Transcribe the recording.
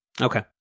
Okay